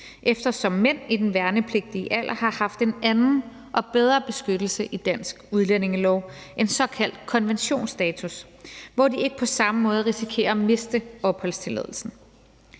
eftersom mænd i den værnepligtige alder har haft en anden og bedre beskyttelse i dansk udlændingelov, en såkaldt konventionsstatus, hvor de ikke på samme måde risikerer at miste opholdstilladelsen.